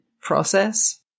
process